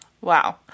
wow